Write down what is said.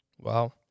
Wow